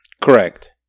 Correct